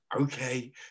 Okay